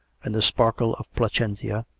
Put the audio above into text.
and the sparkle of placentia,